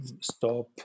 stop